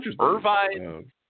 Irvine